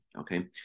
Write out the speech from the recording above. okay